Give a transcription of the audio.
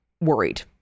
worried